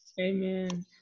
Amen